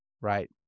right